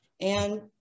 And-